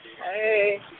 Hey